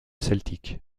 celtique